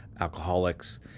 alcoholics